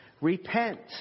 Repent